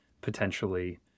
potentially